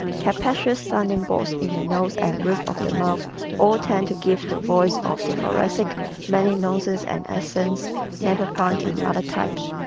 capacious sounding boards in the nose and roof of the mouth all tend to give the voice of the thoracic many nuances and accents never found in other types.